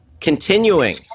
Continuing